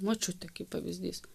močiutė kaip pavyzdys